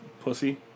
Pussy